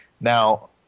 Now